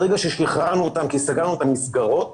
כי סגרנו את המסגרות,